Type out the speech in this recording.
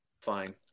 fine